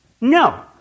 no